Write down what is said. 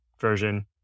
version